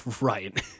right